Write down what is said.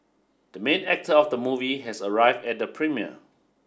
the main actor of the movie has arrived at the premiere